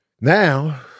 Now